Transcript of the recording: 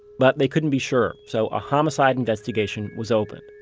but they couldn't be sure, so a homicide investigation was opened.